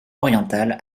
orientale